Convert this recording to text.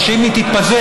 כך שאם היא תתפזר,